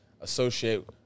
Associate